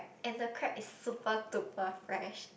and the crab is super duper fresh